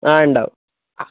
ആ ഉണ്ടാവും ആ